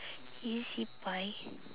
ezbuy